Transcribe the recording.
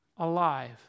Alive